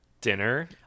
dinner